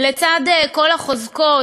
לצד כל החוזקות,